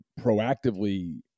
proactively